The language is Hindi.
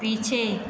पीछे